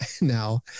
now